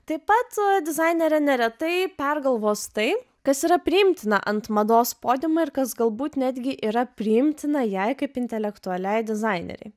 taip pat dizainerė neretai pergalvos tai kas yra priimtina ant mados podiumo ir kas galbūt netgi yra priimtina jei kaip intelektualiai dizainerė